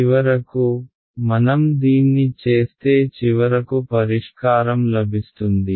చివరకు మనం దీన్ని చేస్తే చివరకు పరిష్కారం లభిస్తుంది